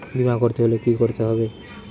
বিমা করতে হলে কি করতে হবে?